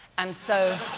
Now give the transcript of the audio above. and so